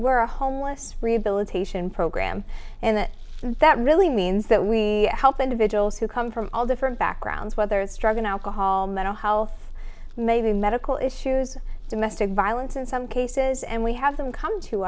were homeless rehabilitation program and that really means that we help individuals who come from all different backgrounds whether it's drug and alcohol mental health maybe medical issues domestic violence in some cases and we have them come to